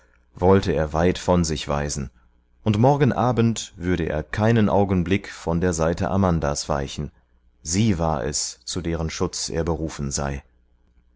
wollte er weit von sich weisen und morgen abend würde er keinen augenblick von der seite amandas weichen sie war es zu deren schutz er berufen sei